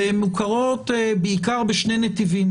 והן מוכרות בעיקר בשני נתיבים,